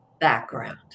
background